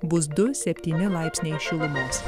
bus du septyni laipsniai šilumos